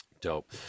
Dope